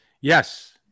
Yes